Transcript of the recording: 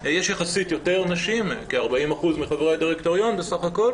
יש יחסית יותר נשים כ-40% מחברי הדירקטוריון בסך הכול